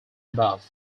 above